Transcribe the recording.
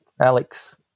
Alex